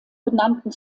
benannten